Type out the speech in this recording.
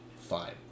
fine